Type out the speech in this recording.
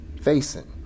facing